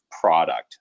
product